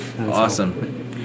Awesome